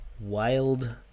Wild